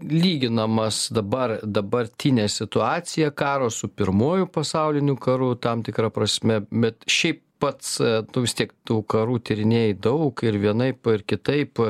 lyginamas dabar dabartinę situaciją karo su pirmuoju pasauliniu karu tam tikra prasme bet šiaip pats tu vis tiek tų karų tyrinėji daug ir vienaip ar kitaip